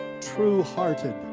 true-hearted